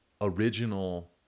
original